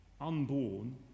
unborn